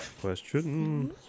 question